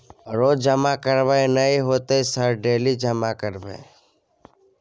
रोज जमा करबे नए होते सर डेली जमा करैबै?